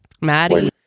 Maddie